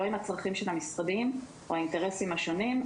לא עם הצרכים של המשרדים או האינטרסים השונים,